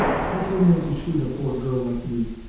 how came they to shoot a poor girl like me,